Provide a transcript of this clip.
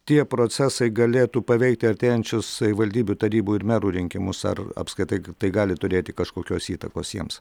tie procesai galėtų paveikti artėjančius savivaldybių tarybų ir merų rinkimus ar apskritai tai gali turėti kažkokios įtakos jiems